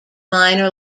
minor